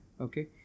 Okay